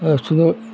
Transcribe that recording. अस्नो